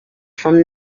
from